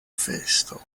festo